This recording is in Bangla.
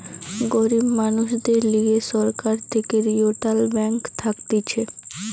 গরিব মানুষদের লিগে সরকার থেকে রিইটাল ব্যাঙ্ক থাকতিছে